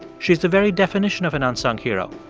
she's the very definition of an unsung hero.